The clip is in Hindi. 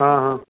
हाँ हाँ